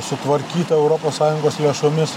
sutvarkyta europos sąjungos lėšomis